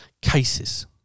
cases